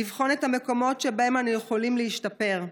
לבחון את המקומות שבהם אנו יכולים להשתפר.